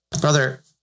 brother